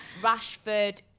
Rashford